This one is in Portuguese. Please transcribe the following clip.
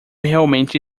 realmente